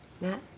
Matt